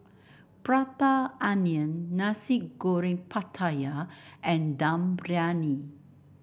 Prata Onion Nasi Goreng Pattaya and Dum Briyani